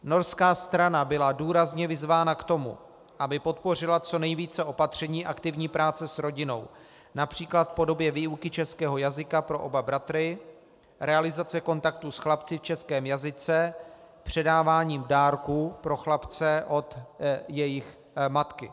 Norská strana byla důrazně vyzvána k tomu, aby podpořila co nejvíce opatření aktivní práce s rodinou, například v podobě výuky českého jazyka pro oba bratry, realizace kontaktů s chlapci v českém jazyce, předávání dárků pro chlapce od jejich matky.